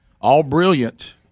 all-brilliant